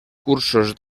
cursos